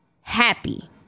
happy